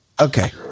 Okay